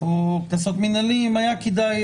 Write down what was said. או קנסות מנהליים, היה כדאי